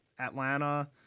Atlanta